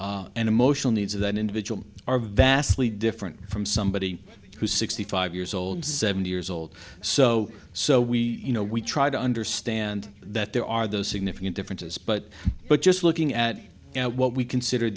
and emotional needs of an individual are vastly different from somebody who's sixty five years old seventy years old so so we you know we try to understand that there are those significant differences but but just looking at what we consider